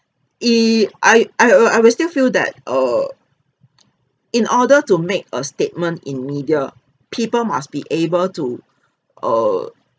i~ I I err I will still feel that err in order to make a statement in media people must be able to err